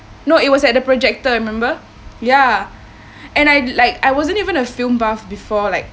no it was at the projector remember ya and I like I wasn't even a film buff before like